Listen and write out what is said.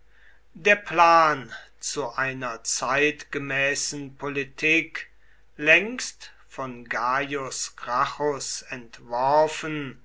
der plan zu einer zeitgemäßen politik längst von gaius gracchus entworfen